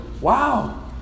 wow